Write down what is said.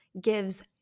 gives